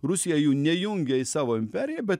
rusija jų nejungia į savo imperiją bet